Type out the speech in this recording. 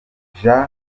jean